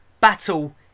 battle